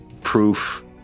proof